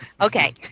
Okay